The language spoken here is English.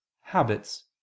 habits